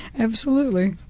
absolutely.